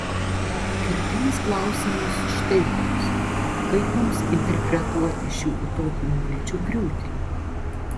kertinis klausimas štai koks kaip mums interpretuoti šių utopinių vilčių griūtį